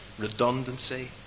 redundancy